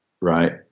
right